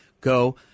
go